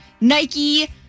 Nike